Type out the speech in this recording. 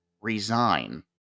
resign